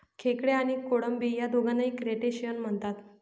खेकडे आणि कोळंबी या दोघांनाही क्रस्टेशियन म्हणतात